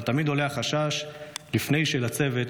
אבל תמיד עולה החשש לפני שלצוות,